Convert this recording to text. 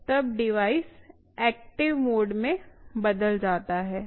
तब device active mode में बदल जाता है